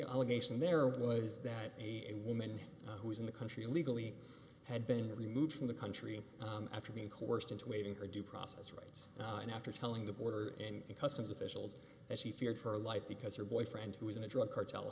allegation there was that a woman who was in the country illegally had been removed from the country after being coerced into waiting her due process rights and after telling the border and customs officials that she feared for her life because her boyfriend who was in a drug cartel